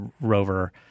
Rover